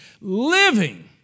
living